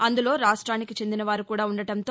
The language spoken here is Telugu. అందులో రాష్ట్రానికి చెందిన వారు కూడా ఉండటంతో